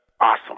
awesome